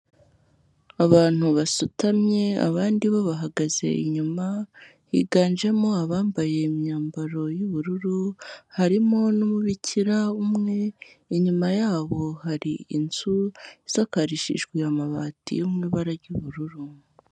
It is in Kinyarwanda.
Abantu basutamye abandi babahagaze inyuma higanjemo abambaye imyambaro y'ubururu harimo n'umubikira umwe, inyuma yabo hari inzu isakarishijwe amabati yo mu ibara ry'ubururu.